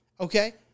Okay